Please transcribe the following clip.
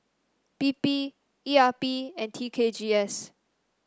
P P E R P and T K G S